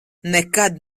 nekad